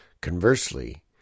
Conversely